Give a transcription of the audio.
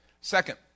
Second